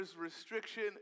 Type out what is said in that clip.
restriction